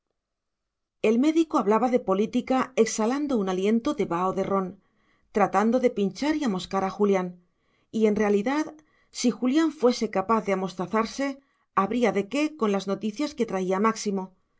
el médico hablaba de política exhalando un aliento de vaho de ron tratando de pinchar y amoscar a julián y en realidad si julián fuese capaz de amostazarse habría de qué con las noticias que traía máximo